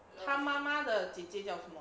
他妈妈的姐姐叫什么